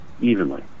evenly